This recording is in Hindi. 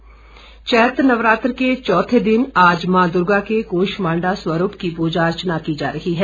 नवरात्र चैत्र नवरात्र के चौथे दिन आज माँ दुर्गा के कूष्मांडा स्वरूप की पूजा अर्चना की जा रही है